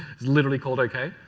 it's literally called okay?